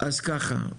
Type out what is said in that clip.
אז ככה,